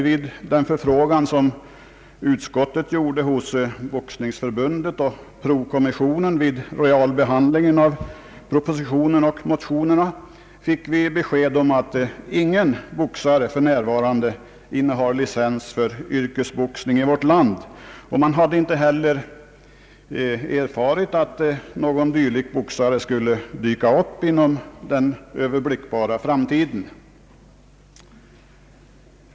Vid den förfrågan som utskottet gjorde hos Boxningsförbundet och prokommissionen vid realbehandlingen av propositionen och motionerna fick vi besked om att ingen boxare i vårt land för närvarande innehar licens för yrkesboxning, och man hade inte heller erfarit att någon dylik boxare skulle dyka upp inom den överblickbara framtiden.